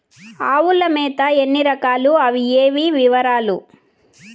ఆవుల మేత ఎన్ని రకాలు? అవి ఏవి? వివరాలు?